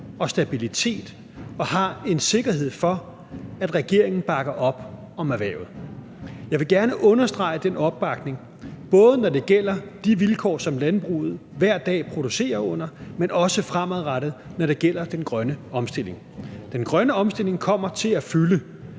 og stabilitet og har en sikkerhed for, at regeringen bakker op om erhvervet. Jeg vil gerne understrege den opbakning, både når det gælder de vilkår, som landbruget hver dag producerer under, men også fremadrettet, når det gælder den grønne omstilling. Den grønne omstilling kommer til at fylde.